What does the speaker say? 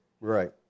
Right